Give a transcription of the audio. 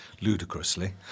ludicrously